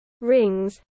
rings